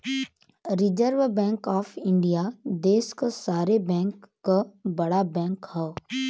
reserve Bank of India देश क सारे बैंक क बड़ा बैंक हौ